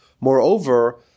Moreover